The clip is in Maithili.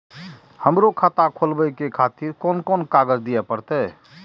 हमरो खाता खोलाबे के खातिर कोन कोन कागज दीये परतें?